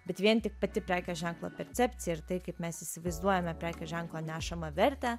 bet vien tik pati prekės ženklo percepcija ir tai kaip mes įsivaizduojame prekių ženklo nešamą vertę